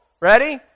Ready